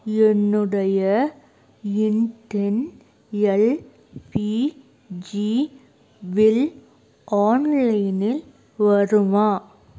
என்னுடைய Indane LPG bill ஆன்லைனில் வருமா